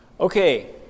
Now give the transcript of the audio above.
Okay